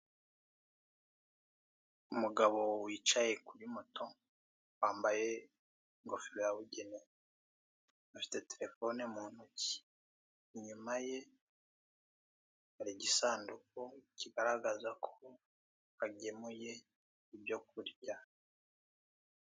Umugabo wicaye kuri moto wambaye ingofero yabugenewe afite terefone mu ntoki, inyuma ye hari igisanduku kigaragaza ko agemuye ibyo kurya.